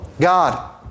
God